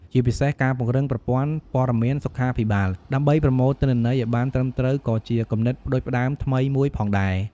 ជាពិសេស ការពង្រឹងប្រព័ន្ធព័ត៌មានសុខាភិបាលដើម្បីប្រមូលទិន្នន័យឱ្យបានត្រឹមត្រូវក៏ជាគំនិតផ្តួចផ្តើមថ្មីមួយផងដែរ។